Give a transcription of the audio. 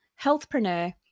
healthpreneur